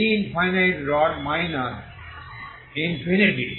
B infinite rod minus infinity